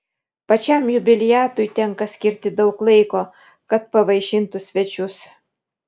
pačiam jubiliatui tenka skirti daug laiko kad pavaišintų svečius